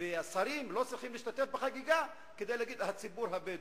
והשרים לא צריכים להשתתף בחגיגה ולומר: הציבור הבדואי.